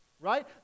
right